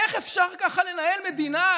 איך אפשר ככה לנהל מדינה?